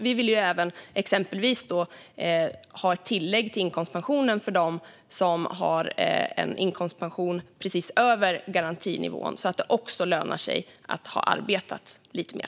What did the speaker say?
Vi vill exempelvis ha ett tillägg till inkomstpensionen för dem som har en inkomstpension precis över garantinivån, så att det lönar sig att ha arbetat lite mer.